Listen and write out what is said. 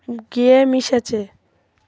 গে মিশ আছে